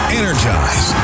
energize